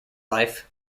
life